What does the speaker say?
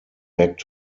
back